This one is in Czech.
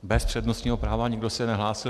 Bez přednostního práva, nikdo se nehlásil.